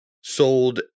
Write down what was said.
sold